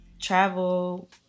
Travel